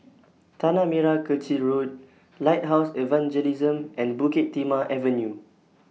Tanah Merah Kechil Road Lighthouse Evangelism and Bukit Timah Avenue